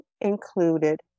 included